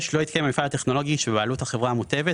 לא התקיים במפעל הטכנולוגי שבבעלות החברה המוטבת,